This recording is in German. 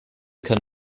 kann